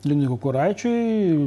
linui kukuraičiui